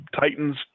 Titans